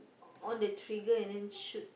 on the trigger and then shoot